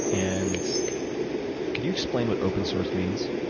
and could you explain what open-source means?